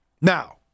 Now